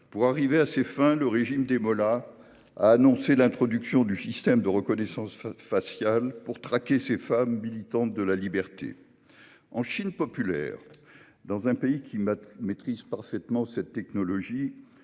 Pour arriver à ses fins, le régime des mollahs a annoncé l'introduction du système de reconnaissance faciale pour traquer ces femmes, militantes de la liberté. En Chine populaire, dans un pays qui maîtrise parfaitement cette technologie,